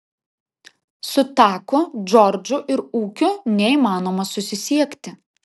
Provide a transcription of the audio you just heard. su taku džordžu ir ūkiu neįmanoma susisiekti